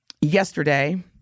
yesterday